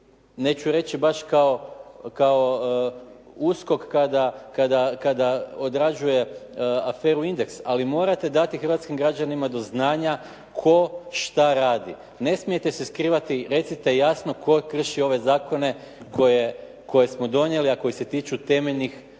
neću reći baš kao USKOK kada odrađuje aferu "Indeks", ali morate dati hrvatskim građanima do znanja tko što radi. Ne smijete se skrivati, recite jasno tko krši ove zakone koje smo donijeli, a koji se tiču temeljnih